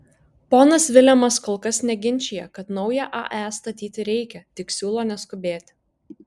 ponas vilemas kol kas neginčija kad naują ae statyti reikia tik siūlo neskubėti